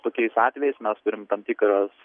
tokiais atvejais mes turim tam tikras